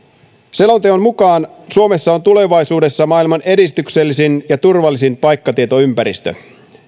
selonteon mukaan suomessa on tulevaisuudessa maailman edistyksellisin ja turvallisin paikkatietoympäristö